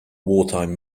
wartime